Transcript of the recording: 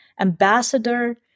ambassador